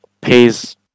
pays